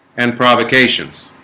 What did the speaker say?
and provocations